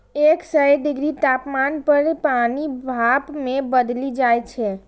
एक सय डिग्री तापमान पर पानि भाप मे बदलि जाइ छै